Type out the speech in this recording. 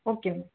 okay ma'am